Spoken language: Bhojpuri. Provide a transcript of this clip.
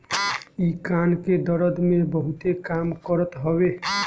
इ कान के दरद में बहुते काम करत हवे